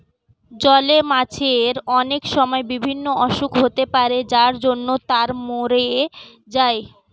জলের মাছের অনেক সময় বিভিন্ন অসুখ হতে পারে যার জন্য তারা মোরে যায়